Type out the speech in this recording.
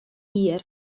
jier